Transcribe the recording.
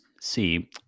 see